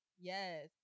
Yes